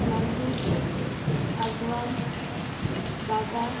Calangute Aguada Baga